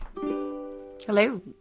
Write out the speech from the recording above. Hello